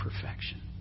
perfection